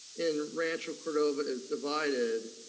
in rancho cordova is divided,